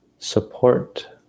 support